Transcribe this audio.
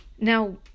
Now